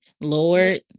Lord